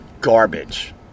Garbage